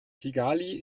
kigali